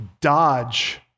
dodge